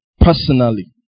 personally